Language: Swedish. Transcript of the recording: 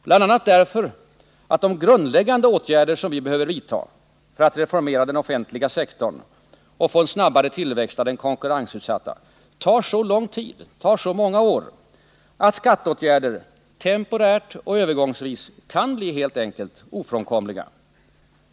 Orsaken är bl.a. att de grundläggande åtgärder som behöver vidtas för en reformerad offentlig sektor och en snabbare tillväxt i den konkurrensutsatta skulle ta så lång tid, så många år, att skatteåtgärder temporärt och övergångsvis helt enkelt kan bli ofrånkomliga.